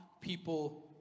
people